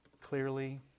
clearly